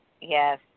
yes